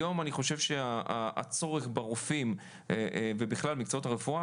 היום אני חושב שהצורך ברופאים ובכלל במקצועות הרפואה